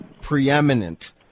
preeminent